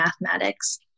mathematics